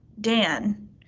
Dan